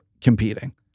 competing